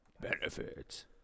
Benefits